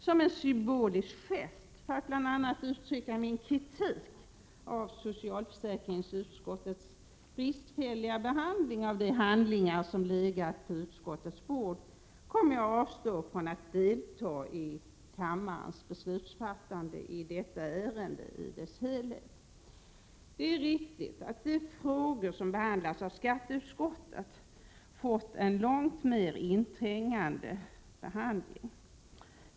Som en symbolisk gest för att bl.a. uttrycka min kritik av socialförsäkringsutskottets bristfälliga behandling av de handlingar som legat på utskottets bord kommer jag att avstå från att delta i kammarens beslutsfattande i detta ärende i dess helhet. Det är riktigt att de frågor som skatteutskottet yttrat sig över har fått en långt mer inträngande behandling.